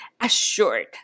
assured